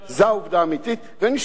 זו העובדה האמיתית, ונשמע.